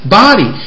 body